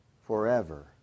forever